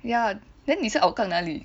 ya then 你是 Hougang 哪里